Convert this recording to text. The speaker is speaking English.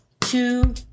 two